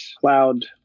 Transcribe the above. cloud